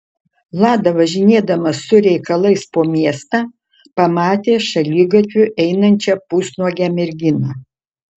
lada važinėdamas su reikalais po miestą pamatė šaligatviu einančią pusnuogę merginą